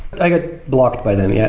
i got blocked by them. yeah.